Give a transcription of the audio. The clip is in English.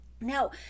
now